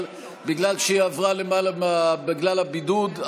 בגלל שהיא עברה למעלה בגלל הבידוד,